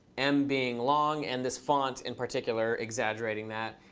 m being long, and this font in particular exaggerating that.